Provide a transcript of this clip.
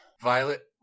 Violet